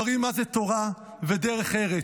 מראים מה הן תורה ודרך ארץ,